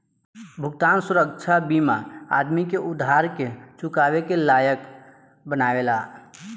भुगतान सुरक्षा बीमा आदमी के उधार के चुकावे के लायक बनावेला